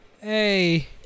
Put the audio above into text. Hey